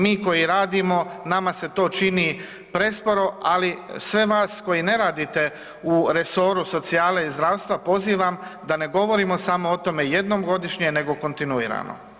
Mi koji radimo nama se to čini presporo, ali sve vas koji ne radite u resoru socijale i zdravstva pozivam da ne govorimo samo o tome jednom godišnje nego kontinuirano.